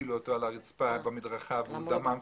הפילו אותו על הרצפה על המדרכה והוא דימם.